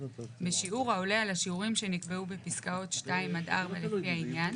בשיעור העולה על השיעורים שנקבעו בפסקאות (2) עד (4) לפי העניין,